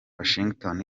washington